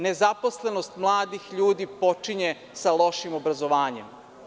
Nezaposlenost mladih ljudi počinje sa lošim obrazovanjem.